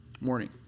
morning